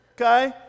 Okay